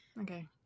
Okay